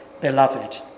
beloved